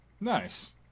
nice